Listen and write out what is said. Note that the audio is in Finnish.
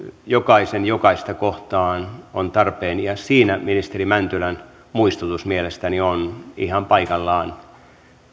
jokaista kohtaan on tarpeen ja siinä ministeri mäntylän muistutus mielestäni on ihan paikallaan